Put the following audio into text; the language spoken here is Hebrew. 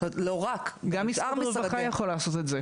לא רק- -- גם משרד הרווחה יכול לעשות את זה.